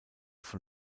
von